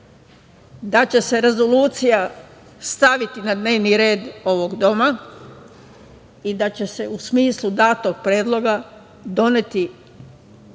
da će se rezolucija staviti na dnevni red, ovog doma i da će se u smislu datog predloga doneti valjana